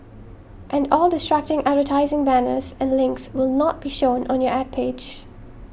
and all distracting advertising banners and links will not be shown on your Ad page